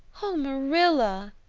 oh, marilla,